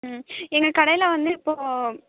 ம் எங்கள் கடையில் வந்து இப்போ